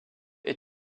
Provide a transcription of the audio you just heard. est